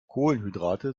kohlenhydrate